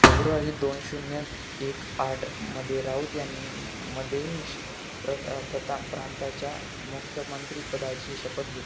February दोन शून्य एक आठमध्ये राऊत यांनी मधेश प्र प्रता प्रांताच्या मुख्यमंत्री पदाची शपथ घेतली